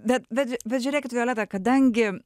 bet bet ži bet žiūrėkit violeta kadangi